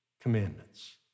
commandments